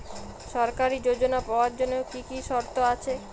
সরকারী যোজনা পাওয়ার জন্য কি কি শর্ত আছে?